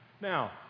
Now